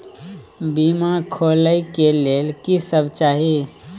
बीमा खोले के लेल की सब चाही?